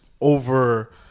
over